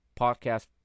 podcast